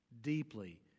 Deeply